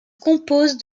compose